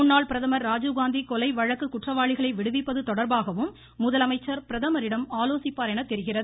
முன்னாள் பிரதமர் ராஜிவ்காந்தி கொலை வழக்கு குற்றவாளிகளை விடுவிப்பது தொடர்பாகவும் முதலமைச்சர் பிரதமரிடம் ஆலோசிப்பார் என தெரிகிறது